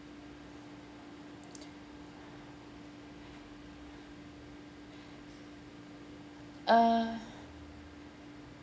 uh